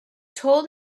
told